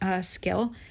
skill